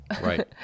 right